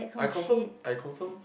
I confirm I confirm